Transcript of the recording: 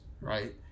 right